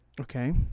Okay